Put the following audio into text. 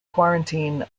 quarantine